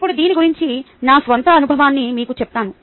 ఇప్పుడు దీని గురించి నా స్వంత అనుభవాన్ని మీకు చెప్తాను